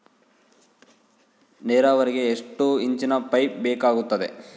ನೇರಾವರಿಗೆ ಎಷ್ಟು ಇಂಚಿನ ಪೈಪ್ ಬೇಕಾಗುತ್ತದೆ?